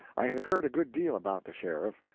i had heard a good deal about the sheriff,